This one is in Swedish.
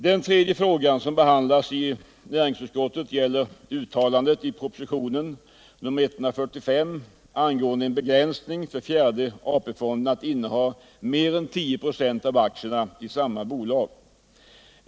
Den tredje fråga som behandlas i näringsutskottets betänkande gäller uttalandet i propositionen 145 angående en begränsningsregel innebärande att fjärde AP-fonden inte får inneha mer än 10 96 av aktierna i samma bolag.